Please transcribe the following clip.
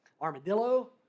armadillo